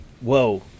Whoa